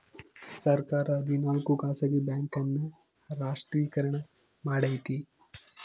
ಸರ್ಕಾರ ಹದಿನಾಲ್ಕು ಖಾಸಗಿ ಬ್ಯಾಂಕ್ ನ ರಾಷ್ಟ್ರೀಕರಣ ಮಾಡೈತಿ